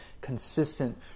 consistent